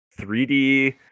3d